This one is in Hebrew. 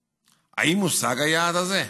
1. האם הושג היעד הזה?